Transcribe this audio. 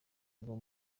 rwo